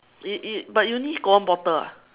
it it but you only got one bottle ah